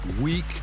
Week